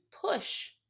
push